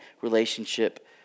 relationship